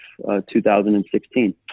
2016